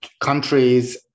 countries